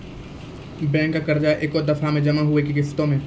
Bank के कर्जा ऐकै दफ़ा मे जमा होय छै कि किस्तो मे?